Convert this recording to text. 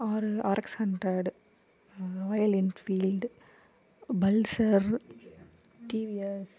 R RX hundred Royal Enfield pulsar TVS